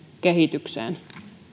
kehitykseen